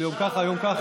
של יום ככה, יום ככה?